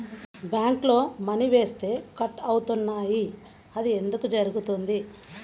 బ్యాంక్లో మని వేస్తే కట్ అవుతున్నాయి అది ఎందుకు జరుగుతోంది?